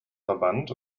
verband